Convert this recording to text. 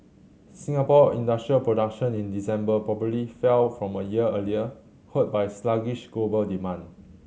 Singapore industrial production in December probably fell from a year earlier hurt by sluggish global demand